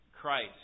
Christ